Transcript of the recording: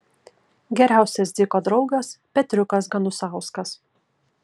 geriausias dziko draugas petriukas ganusauskas